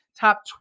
top